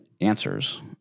answers